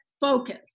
focus